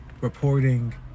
reporting